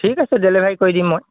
ঠিক আছে ডেলিভাৰী কৰি দিম মই